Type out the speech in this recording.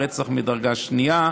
רצח מדרגה שנייה.